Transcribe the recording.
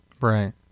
Right